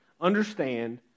understand